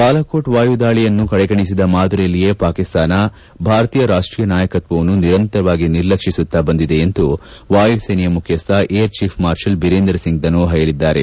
ಬಾಲಾಕೋಟ್ ವಾಯುದಾಳಿಯನ್ನು ಕಡೆಗಣಿಸಿದ ಮಾದರಿಯಲ್ಲಿಯೇ ಪಾಕಿಸ್ತಾನ ಭಾರತೀಯ ರಾಷ್ವೀಯ ನಾಯಕತ್ವವನ್ನು ನಿರಂತರವಾಗಿ ನಿರ್ಲಕ್ಷಿಸುತ್ತಾ ಬಂದಿದೆ ಎಂದು ವಾಯು ಸೇನೆಯ ಮುಖ್ಯಸ್ವ air chief marshal Birender Singh Dhanoa ಹೇಳಿದ್ದಾರೆ